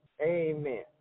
Amen